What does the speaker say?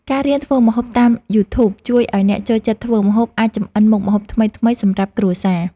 ការរៀនធ្វើម្ហូបតាមយូធូប ជួយឱ្យអ្នកចូលចិត្តធ្វើម្ហូបអាចចម្អិនមុខម្ហូបថ្មីៗសម្រាប់គ្រួសារ។